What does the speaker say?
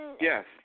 Yes